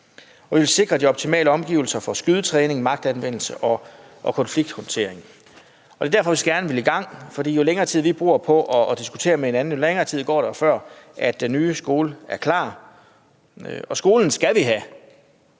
og vi vil sikre de optimale omgivelser for skydetræning, magtanvendelse og konflikthåndtering. Det er derfor, vi så gerne vil i gang, for jo længere tid vi bruger på at diskutere med hinanden, jo længere tid går der, før den ny skole er klar, og vi skal have